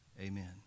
Amen